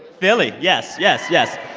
philly. yes, yes, yes.